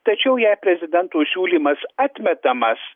tačiau jei prezidento siūlymas atmetamas